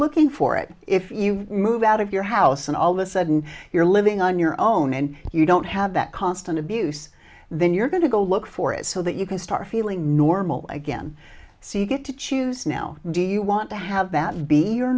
looking for it if you move out of your house and all of a sudden you're living on your own and you don't have that const abuse then you're going to go look for it so that you can start feeling normal again so you get to choose now do you want to have that be